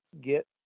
get